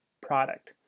product